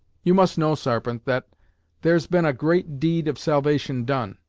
you must know, sarpent, that there's been a great deed of salvation done,